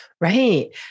Right